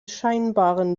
scheinbaren